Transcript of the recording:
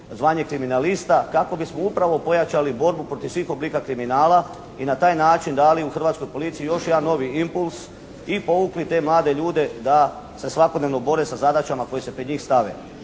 zvanja kriminalista kako bismo upravo pojačali borbu protiv svih oblika kriminala i na taj način dali u Hrvatskoj policiji još jedan novi impuls i povukli te mlade ljude da se svakodnevno bore sa zadaćama koje se pred njih stave.